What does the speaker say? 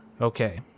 okay